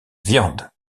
viande